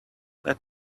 let